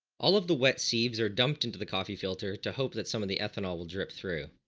all of the wet sieves are dumped into the coffee filter to hope that some of the ethanol drip through.